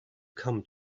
come